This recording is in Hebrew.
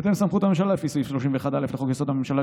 בהתאם לסמכות הממשלה לפי סעיף 31(א) לחוק-יסוד: הממשלה,